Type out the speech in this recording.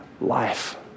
life